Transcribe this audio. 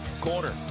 corner